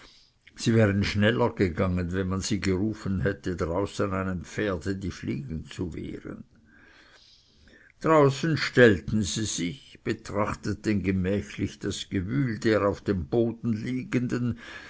sie wären schneller gegangen wenn man sie gerufen hatte draußen einem pferde die fliegen zu wehren draußen stellten sie sich betrachteten gemächlich das gewühl der auf dem boden liegenden